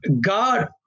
God